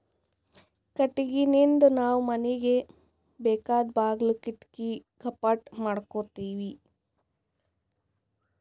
ಕಟ್ಟಿಗಿನಿಂದ್ ನಾವ್ ಮನಿಗ್ ಬೇಕಾದ್ ಬಾಗುಲ್ ಕಿಡಕಿ ಕಪಾಟ್ ಮಾಡಕೋತೀವಿ